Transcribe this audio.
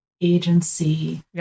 agency